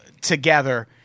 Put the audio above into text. together